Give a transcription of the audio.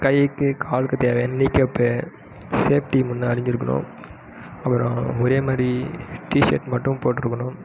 கைக்கு காலுக்கு தேவையான நீ கேப்பு சேஃப்ட்டி முன்ன அணிந்திருக்கணும் அப்பறம் ஒரே மாதிரி டீஷேர்ட் மட்டும் போட்ருக்கணும்